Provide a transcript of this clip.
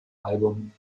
album